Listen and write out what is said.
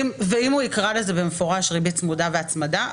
ואם הוא יקרא לזה במפורש ריבית צמודה והצמדה,